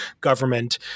government